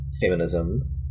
feminism